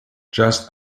just